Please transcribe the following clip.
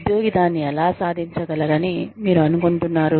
ఉద్యోగి దాన్ని ఎలా సాధించగలరని మీరు అనుకుంటున్నారు